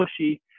pushy